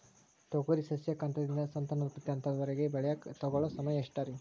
ತೊಗರಿ ಸಸ್ಯಕ ಹಂತದಿಂದ, ಸಂತಾನೋತ್ಪತ್ತಿ ಹಂತದವರೆಗ ಬೆಳೆಯಾಕ ತಗೊಳ್ಳೋ ಸಮಯ ಎಷ್ಟರೇ?